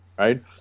Right